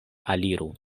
aliru